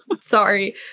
sorry